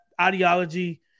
ideology